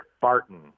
Barton